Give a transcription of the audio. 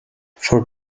for